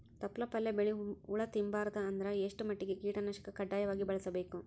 ತೊಪ್ಲ ಪಲ್ಯ ಬೆಳಿ ಹುಳ ತಿಂಬಾರದ ಅಂದ್ರ ಎಷ್ಟ ಮಟ್ಟಿಗ ಕೀಟನಾಶಕ ಕಡ್ಡಾಯವಾಗಿ ಬಳಸಬೇಕು?